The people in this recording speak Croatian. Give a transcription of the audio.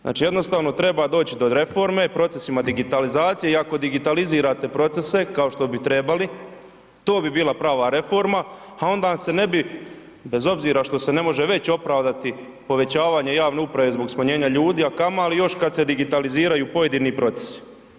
Znači, jednostavno treba doći do reforme procesima digitalizacije i ako digitalizirate procese kao što bi trebali, to bi bila prava reforma, a onda se ne bi, bez obzira što se ne može već opravdati povećavanje javne uprave zbog smanjenja ljudi, a kamoli još kad se digitaliziraju pojedini procesi.